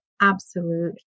absolute